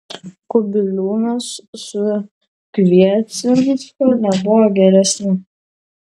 kubiliūnas su kviecinsku nebuvo geresni